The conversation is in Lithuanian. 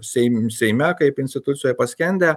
seim seime kaip institucijoj paskendę